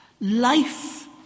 Life